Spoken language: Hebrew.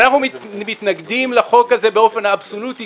אנחנו מתנגדים לחוק הזה באופן אבסולוטי